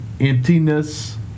emptiness